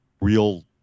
real